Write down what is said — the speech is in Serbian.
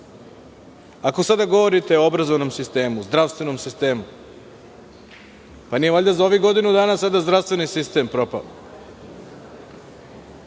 ako sada govorite o obrazovnom sistemu, zdravstvenom sistemu, pa nije valjda sada za ovih godinu dana zdravstveni sistem propao?